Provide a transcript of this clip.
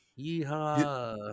yeehaw